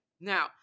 Now